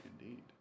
Indeed